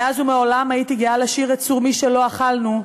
מאז ומעולם הייתי גאה לשיר את "צור משלו אכלנו,